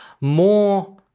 More